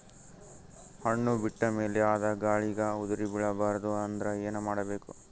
ಹಣ್ಣು ಬಿಟ್ಟ ಮೇಲೆ ಅದ ಗಾಳಿಗ ಉದರಿಬೀಳಬಾರದು ಅಂದ್ರ ಏನ ಮಾಡಬೇಕು?